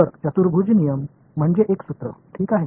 तर चतुर्भुज नियम म्हणजे एक सूत्र ठीक आहे